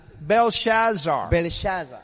Belshazzar